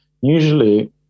Usually